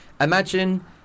Imagine